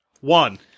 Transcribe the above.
One